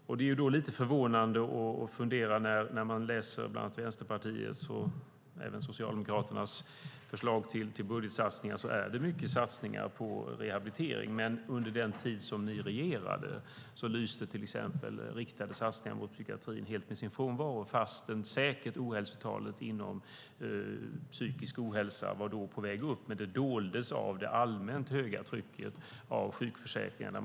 Man blir då lite förvånad när man läser bland annat Vänsterpartiets och även Socialdemokraternas förslag till budgetsatsningar. Men under den tid som Socialdemokraterna regerade lyste till exempel riktade satsningar på psykiatrin helt med sin frånvaro fastän ohälsotalet inom psykisk ohälsa då var på väg upp. Men det doldes av det allmänt höga trycket på sjukförsäkringarna.